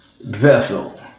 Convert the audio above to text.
vessel